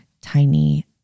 tiny